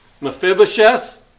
Mephibosheth